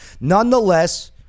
nonetheless